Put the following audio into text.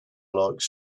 like